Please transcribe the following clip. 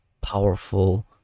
powerful